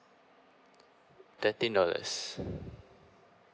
thirteen august